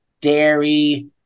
dairy